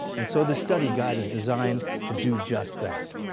and so the study guide is designed to do just that.